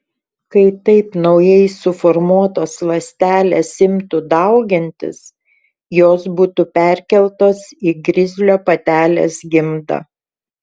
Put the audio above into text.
kai taip naujai suformuotos ląstelės imtų daugintis jos būtų perkeltos į grizlio patelės gimdą